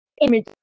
image